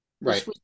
Right